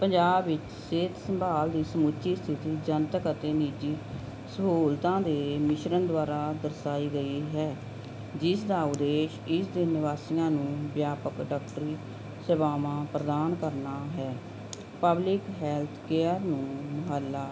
ਪੰਜਾਬ ਵਿੱਚ ਸਿਹਤ ਸੰਭਾਲ ਦੀ ਸਮੁੱਚੀ ਸਥਿਤੀ ਜਨਤਕ ਅਤੇ ਨਿੱਜੀ ਸਹੂਲਤਾਂ ਦੇ ਮਿਸ਼ਰਣ ਦੁਆਰਾ ਦਰਸਾਈ ਗਈ ਹੈ ਜਿਸ ਦਾ ਉਦੇਸ਼ ਇਸ ਦੇ ਨਿਵਾਸੀਆਂ ਨੂੰ ਵਿਆਪਕ ਡਾਕਟਰੀ ਸੇਵਾਵਾਂ ਪ੍ਰਦਾਨ ਕਰਨਾ ਹੈ ਪਬਲਿਕ ਹੈਲਥ ਕੇਅਰ ਨੂੰ ਮਹੱਲਾ